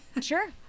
Sure